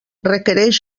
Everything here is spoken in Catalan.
requereix